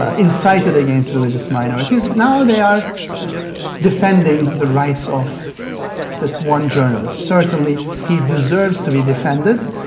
ah incited against religious minorities. now, they are defending the rights of this one journalist. certainly, he deserves to be defended.